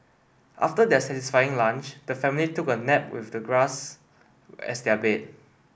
after their satisfying lunch the family took a nap with the grass as their bed